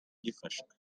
gifashwe